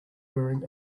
wearing